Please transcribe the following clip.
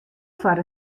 foar